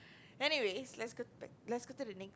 anyways let's go let's go to the next